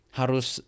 harus